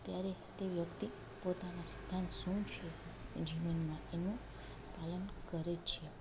ત્યારે તે વ્યક્તિ પોતાના સિદ્ધાંત શું છે જીવનમાં એનું પાલન કરે છે